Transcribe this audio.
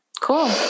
Cool